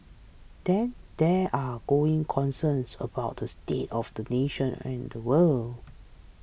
then there are growing concerns about the state of the nation and the world